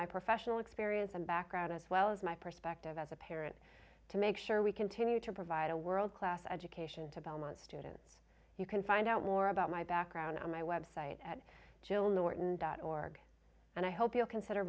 my professional experience and background as well as my perspective as a parent to make sure we continue to provide a world class education to belmont students you can find out more about my background on my website at jill norton dot org and i hope you'll consider